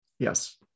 Yes